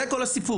זה כל הסיפור,